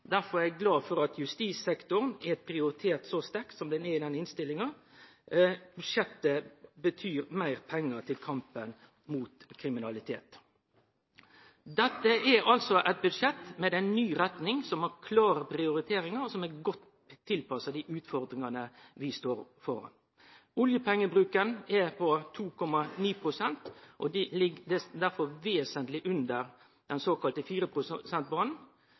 derfor er eg glad for at justissektoren er prioritert så sterkt som den er i denne innstillinga. Budsjettet betyr meir pengar til kampen mot kriminalitet. Dette er altså eit budsjett med ei ny retning, som har klare prioriteringar, og som er godt tilpassa dei utfordringane vi står framfor. Oljepengebruken er på 2,9 pst. og ligg derfor vesentleg under den såkalla